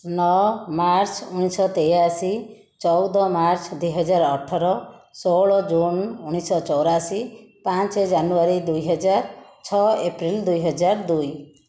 ନଅ ମାର୍ଚ୍ଚ ଉଣେଇଶହ ତେୟାଅଶୀ ଚଉଦ ମାର୍ଚ୍ଚ ଦୁଇ ହଜାର ଅଠର ଷୋହଳ ଜୁନ ଉଣେଇଶହ ଚଉରାଅଶୀ ପାଞ୍ଚେ ଜାନୁଆରୀ ଦୁଇ ହଜାର ଛଅ ଅପ୍ରିଲ ଦୁଇ ହଜାର ଦୁଇ